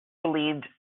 believed